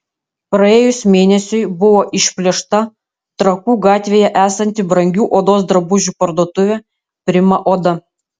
praėjus mėnesiui buvo išplėšta trakų gatvėje esanti brangių odos drabužių parduotuvė prima oda